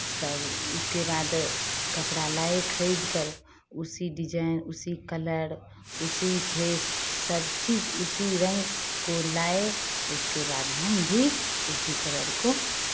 तब उसके बाद कपड़ा लाए खरीद कर उसी डिज़ाइन उसी कलर उसी फेस सब चीज़ उसी रंग को लाए उसके बाद हम भी उसी कलर को